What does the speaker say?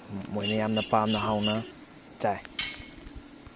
ꯃꯣꯏꯅ ꯌꯥꯝꯅ ꯄꯥꯝꯅ ꯍꯥꯎꯅ ꯆꯥꯏ